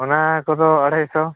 ᱚᱱᱟ ᱠᱚᱫᱚ ᱟᱹᱲᱟᱹᱭ ᱥᱚ